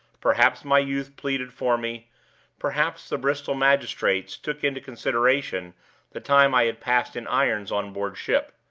perhaps my youth pleaded for me perhaps the bristol magistrates took into consideration the time i had passed in irons on board ship.